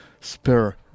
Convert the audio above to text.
Spare